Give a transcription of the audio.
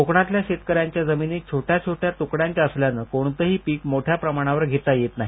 कोकणातल्या शेतकऱ्यांच्या जमिनी छोट्या छोट्या त्कड्यांच्या असल्यानं कोणतंही पीक मोठ्या प्रमाणावर घेता येत नाही